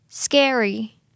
Scary